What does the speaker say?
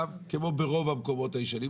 כמו ברוב המקומות הישנים,